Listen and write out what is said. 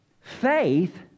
...faith